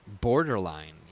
borderline